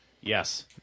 yes